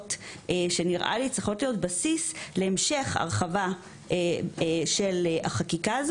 שצריכות להיות בסיס להמשך ההרחבה של החקיקה.